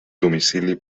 domicili